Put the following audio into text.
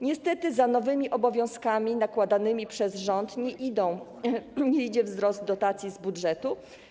Niestety za nowymi obowiązkami nakładanymi przez rząd nie idzie wzrost dotacji z budżetu.